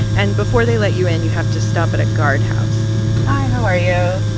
and before they let you in, you have to stop at a guardhouse hi, how are you?